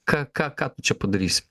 ką ką ką tu čia padarysi